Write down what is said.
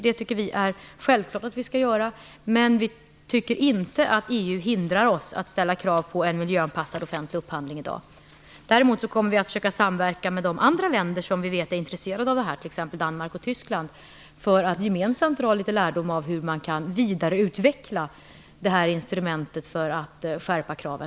Det skall vi självklart göra, men vi tycker inte att EU hindrar oss att ställa krav på en miljöanpassad offentlig upphandling i dag. Vi kommer också att försöka samverka med andra länder som är intresserade av detta, t.ex. Danmark och Tyskland, för att gemensamt dra litet lärdom av hur man kan utveckla instrument för att skärpa kraven.